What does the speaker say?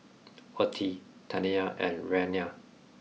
Ottie Taniya and Rayna